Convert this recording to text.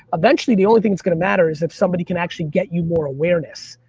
eventually, the only thing that's gonna matter is if somebody can actually get you more awareness,